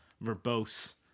verbose